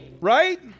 Right